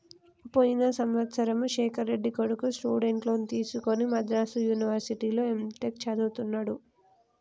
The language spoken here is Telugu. పోయిన సంవత్సరము శేఖర్ రెడ్డి కొడుకు స్టూడెంట్ లోన్ తీసుకుని మద్రాసు యూనివర్సిటీలో ఎంటెక్ చదువుతున్నడు